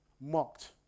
mocked